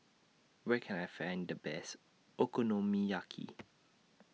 Where Can I Find The Best Okonomiyaki